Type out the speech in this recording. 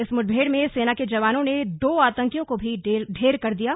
इस मुठभेड़ में सेना के जवानों ने दो आतंकियों को भी ढेर कर दिया था